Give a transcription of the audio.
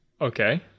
okay